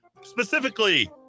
specifically